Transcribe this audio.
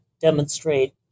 demonstrate